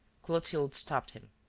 clotilde stopped him